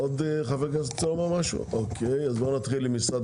נתחיל עם משרד